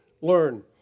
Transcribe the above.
learn